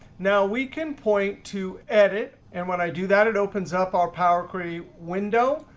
now we can point to edit. and when i do that, it opens up our power query window.